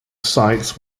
sites